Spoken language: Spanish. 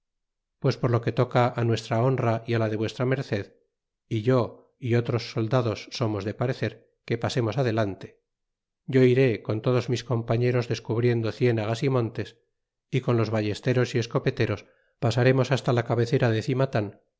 pues por lo que toca nuestra honra y la de v merced yo y otros soldados somos de parecer que pasemos adelante yo iré con todos mis comparieros descubriendo cienagas y montes y con los ballesteros y escopeteros pasaremos hasta la cabecera de cimatan y